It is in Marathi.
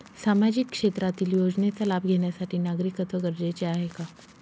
सामाजिक क्षेत्रातील योजनेचा लाभ घेण्यासाठी नागरिकत्व गरजेचे आहे का?